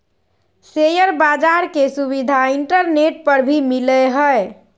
share बाज़ार के सुविधा इंटरनेट पर भी मिलय हइ